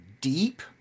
deep